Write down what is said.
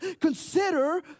Consider